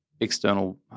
external